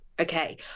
Okay